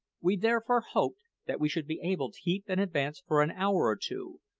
we therefore hoped that we should be able to keep in advance for an hour or two,